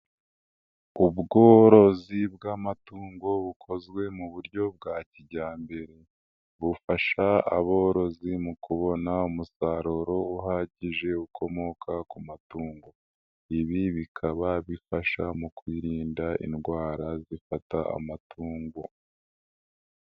Ubworozi bw'amatungo bukozwe mu buryo bwa kijyambere, bufasha aborozi mu kubona umusaruro uhagije ukomoka ku matungo. Ibi bikaba bifasha mu kwirinda indwara zifata amatungo.